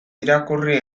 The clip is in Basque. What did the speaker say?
irakurri